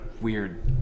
weird